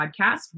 podcast